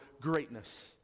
greatness